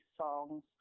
songs